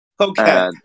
Okay